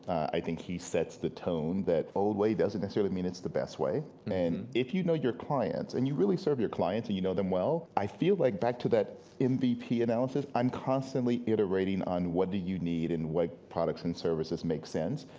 i think he sets the tone, tone, that old way doesn't necessarily mean it's the best way. and if you know your clients, and you really serve your clients and you know them well, i feel like, back to that mvp analysis, i'm constantly iterating on what do you need and what products and services make sense,